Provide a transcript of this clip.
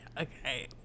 okay